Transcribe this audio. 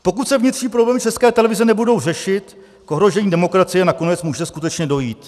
Pokud se vnitřní problémy České televize nebudou řešit, k ohrožení demokracie nakonec může skutečně dojít.